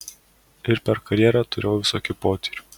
ir per karjerą turėjau visokių potyrių